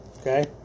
Okay